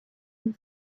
who